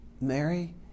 Mary